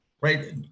right